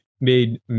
made